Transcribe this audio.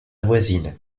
voisine